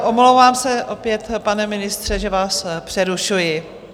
Omlouvám se opět, pane ministře, že vás přerušuji.